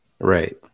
Right